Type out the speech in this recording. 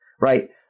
right